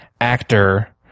actor